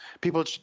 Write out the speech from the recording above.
People –